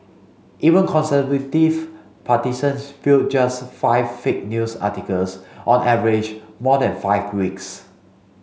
even conservative partisans viewed just five fake news articles on average more than five weeks